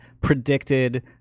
predicted